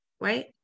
right